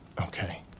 Okay